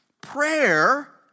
Prayer